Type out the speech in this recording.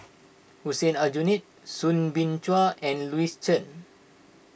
Hussein Aljunied Soo Bin Chua and Louis Chen